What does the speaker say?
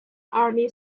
army